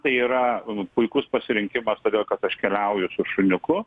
tai yra puikus pasirinkimas todėl kad aš keliauju su šuniuku